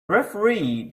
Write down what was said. referee